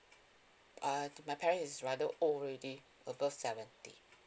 uh my parents is rather old already above seventy